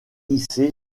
hissé